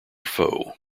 foe